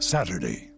Saturday